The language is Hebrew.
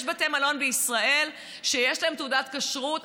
יש בתי מלון בישראל שיש להם תעודת כשרות.